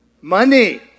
Money